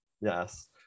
Yes